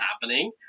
happening